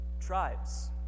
tribes